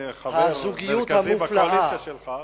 חבר מרכזי בקואליציה שלך.